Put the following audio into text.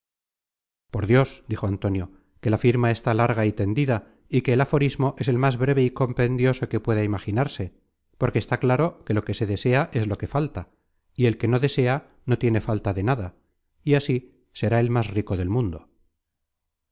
por dios dijo antonio que la firma está larga y tendida y que el aforismo es el más breve y compendioso que pueda imaginarse porque está claro que lo que se desea es lo que falta y el que no desea no tiene falta de nada y así será el más rico del mundo